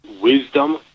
wisdom